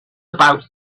about